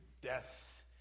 death